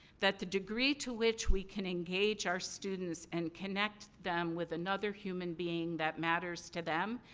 that the degree to which we can engage our students and connect them with another human being that matters to them,